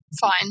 Fine